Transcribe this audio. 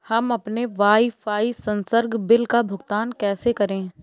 हम अपने वाईफाई संसर्ग बिल का भुगतान कैसे करें?